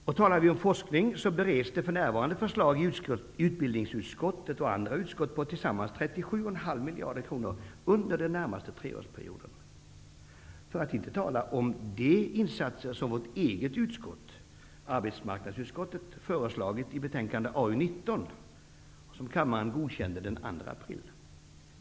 Och talar vi om forskning, bör det nämnas att för närvarande bereds förslag i utbildningsutskottet och andra utskott på tillsammans 37,5 miljarder kronor under den närmaste treårsperioden. För att inte tala om de insatser som vårt eget utskott, arbetsmarknadsutskottet, föreslagit i betänkande AU19, som kammaren godkände den 2 april.